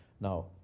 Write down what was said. Now